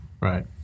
Right